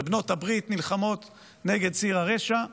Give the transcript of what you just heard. בנות הברית נלחמות נגד ציר הרשע,